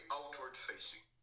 outward-facing